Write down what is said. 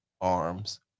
Arms